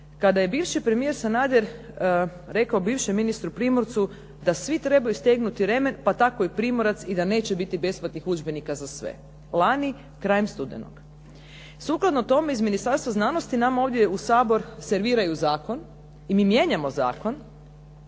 Kada je bivši premijer Sanader rekao bivšem ministru Primorcu da svi trebaju stegnuti remen pa tako i Primorac i da neće biti besplatnih udžbenika za sve, lani krajem studenog. Sukladno tome iz Ministarstva znanosti nama ovdje u Sabor serviraju zakon i mi mijenjamo zakon